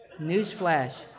Newsflash